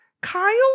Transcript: Kyle